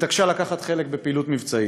התעקשה לקחת חלק בפעילות מבצעית.